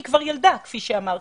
היא כבר ילדה כפי שאמרתי.